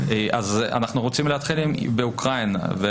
אנחנו רוצים להתחיל באוקראינה,